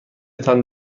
تان